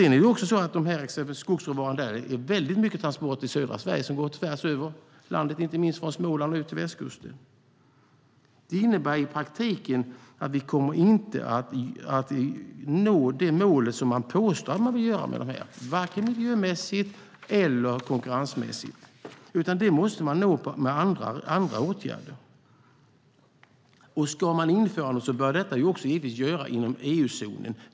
När det exempelvis gäller skogsråvaran går stora mängder transporter i södra Sverige tvärs över landet, inte minst från Småland till västkusten. Det innebär i praktiken att vi inte kommer att nå det mål som man påstår att man vill nå, varken miljömässigt eller konkurrensmässigt. I stället måste de nås genom andra åtgärder. Ska man införa något bör det ske inom EU-zonen.